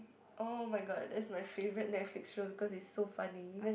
[oh]-my-god that's my favourite Netflix show because it's so funny